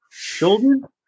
children